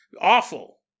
Awful